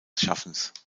schaffens